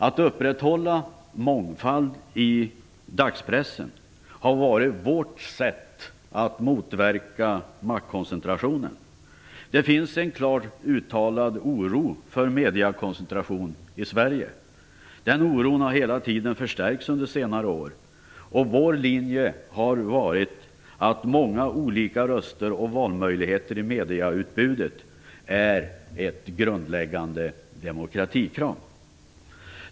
Att upprätthålla mångfald i dagspressen har varit vårt sätt att motverka maktkoncentrationen. Det finns en klart uttalad oro för mediekoncentration i Sverige. Den oron har under senare år hela tiden förstärkts, och vår linje har varit att många olika röster och valmöjligheter i medieutbudet är ett grundläggande demokratikrav.